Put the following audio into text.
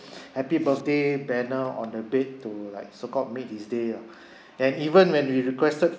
happy birthday banner on the bed too like so called made his day ah and even when we requested